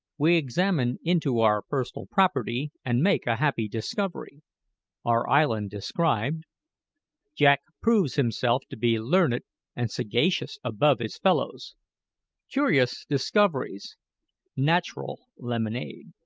we examine into our personal property, and make a happy discovery our island described jack proves himself to be learned and sagacious above his fellows curious discoveries natural lemonade!